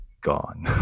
gone